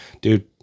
Dude